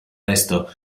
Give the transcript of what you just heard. resto